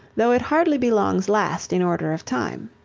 though it hardly belongs last in order of time.